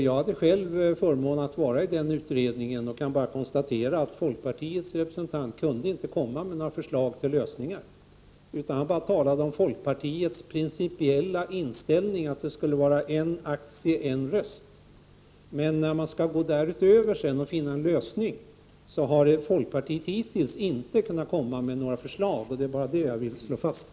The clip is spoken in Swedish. Jag hade själv förmånen att delta i den utredningen och kan bara konstatera att folkpartiets representant inte kunde komma med några förslag till lösningar. Han talade bara om folkpartiets principiella inställning, att det skulle vara en aktie en röst. Men när det gäller om man skall gå därutöver och finna en lösning, har folkpartiet hittills inte kunnat komma med några förslag. Det är bara det jag vill slå fast.